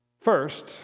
First